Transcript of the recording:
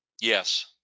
Yes